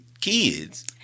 kids